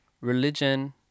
religion